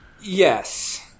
Yes